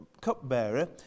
cupbearer